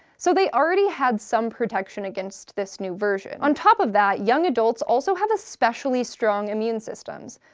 so they already had some protection against this new version. on top of that, young adults also have especially strong immune systems,